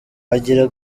hari